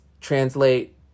translate